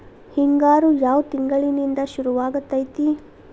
ಹಿಂಗಾರು ಯಾವ ತಿಂಗಳಿನಿಂದ ಶುರುವಾಗತೈತಿ?